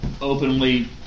openly